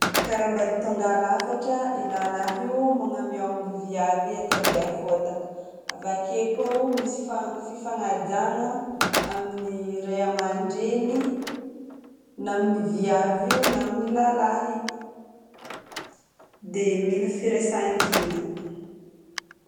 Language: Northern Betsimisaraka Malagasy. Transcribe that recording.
<cut off>Karam-bady tonga lafatra, i lalahy io magname aomby viavy ie tode afotaka. Avake koa ao misy fifanajagna amin'ny ray aman-dreny na amin'ny viavy io na amin'ny lalahy, dia mila firaisan-kina.